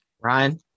Ryan